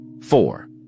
Four